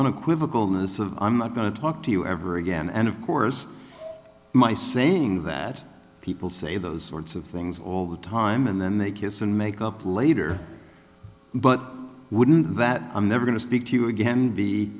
of i'm not going to talk to you ever again and of course my saying that people say those sorts of things all the time and then they kiss and make up later but wouldn't that i'm never going to speak to again be